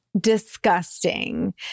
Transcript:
disgusting